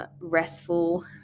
restful